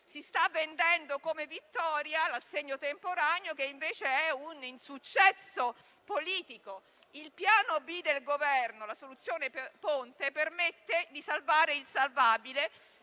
Sta vendendo come vittoria l'assegno temporaneo, che invece è un insuccesso politico. Il piano B del Governo, la soluzione ponte, permette di salvare il salvabile